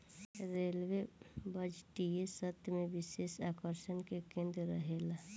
railway बजटीय सत्र में विशेष आकर्षण के केंद्र रहेला